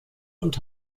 und